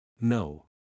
No